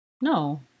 No